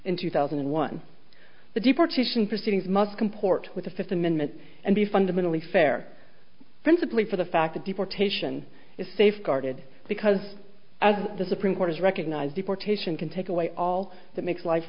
in two thousand and one the deportation proceedings must comport with the fifth amendment and be fundamentally fair principally for the fact that people are taken is safeguarded because as the supreme court is recognized deportation can take away all that makes life